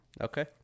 Okay